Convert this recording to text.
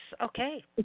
okay